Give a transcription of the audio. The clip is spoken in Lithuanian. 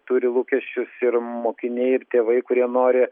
turi lūkesčius ir mokiniai ir tėvai kurie nori